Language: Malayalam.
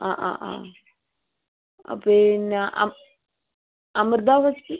അ പിന്നെ അമൃതാ ഹോസ്റ്റൽ